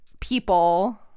people